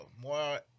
more